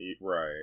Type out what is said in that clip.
Right